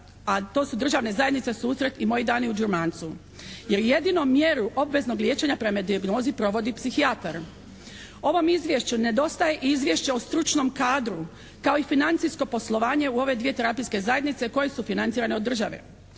A to su državne zajednice "Susret" i "Moji dani u Đermancu". Jer jedinu mjeru obveznog liječenja prema dijagnozi provodi psihijatar. Ovom izvješću nedostaje izvješće o stručnom kadru, kao i financijsko poslovanje u ove dvije terapijske zajednice koje su financirane od države.